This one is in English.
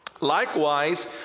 Likewise